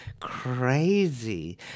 crazy